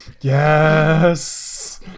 Yes